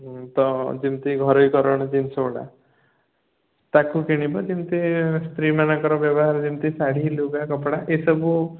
ତ ଯେମିତି ଘରୋଇକରଣ ଜିନିଷଗୁଡ଼ା ତାକୁ କିଣିବା ଯେମିତି ସ୍ତ୍ରୀମାନଙ୍କର ବ୍ୟବହାର ଯେମିତି ଶାଢ଼ୀ ଲୁଗା କପଡ଼ା ଏସବୁ